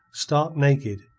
stark naked,